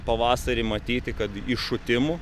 pavasarį matyti kad iššutimų